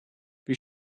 wie